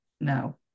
no